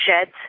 sheds